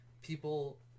people